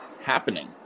happening